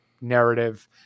narrative